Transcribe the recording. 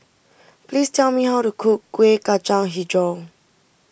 please tell me how to cook Kuih Kacang HiJau